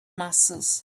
muscles